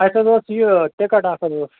اَسہِ حظ اوس یہِ ٹِکَٹ اَکھ حظ ٲس